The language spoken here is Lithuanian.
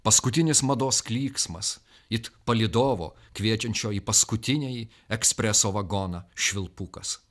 paskutinis mados klyksmas it palydovo kviečiančio į paskutinįjį ekspreso vagoną švilpukas